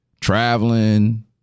traveling